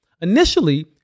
Initially